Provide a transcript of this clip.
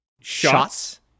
Shots